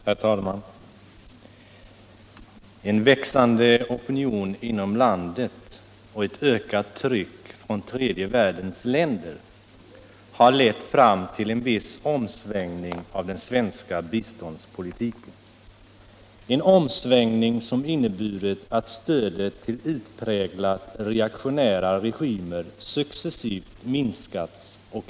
Herr talman! En växande opinion inom landet och ett ökat tryck från tredje världens länder har lett fram till en viss omsvängning i den svenska Allmänpolitisk debatt Allmänpolitisk debatt biståndspolitiken, en omsvängning som inneburit att stödet till utpräglat reaktionära regimer successivt minskats.